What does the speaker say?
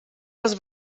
als